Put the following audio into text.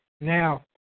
Now